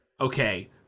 okay